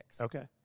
Okay